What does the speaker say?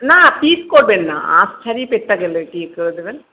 না পিস করবেন না আঁশ ছাড়িয়ে পেটটা গেলে করে দেবেন